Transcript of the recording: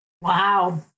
Wow